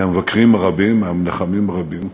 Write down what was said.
מהמבקרים הרבים, מהמנחמים הרבים.